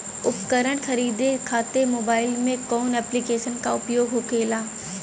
उपकरण खरीदे खाते मोबाइल में कौन ऐप्लिकेशन का उपयोग होखेला?